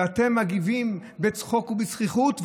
ואתם מגיבים בצחוק ובזחיחות,